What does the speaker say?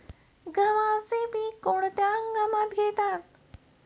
गव्हाचे पीक कोणत्या हंगामात घेतात?